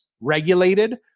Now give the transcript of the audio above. regulated